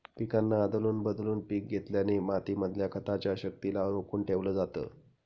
पिकांना आदलून बदलून पिक घेतल्याने माती मधल्या खताच्या शक्तिला रोखून ठेवलं जातं